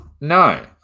no